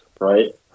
right